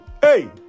hey